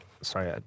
Sorry